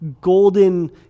golden